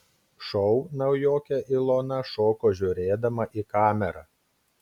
šou naujokė ilona šoko žiūrėdama į kamerą